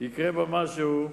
יקרה משהו,